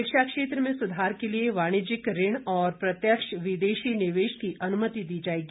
शिक्षा क्षेत्र में सुधार के लिए वाणिज्यिक ऋण और प्रत्यक्ष विदेशी निवेश की अनुमति दी जाएगी